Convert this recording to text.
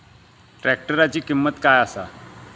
ट्रॅक्टराची किंमत काय आसा?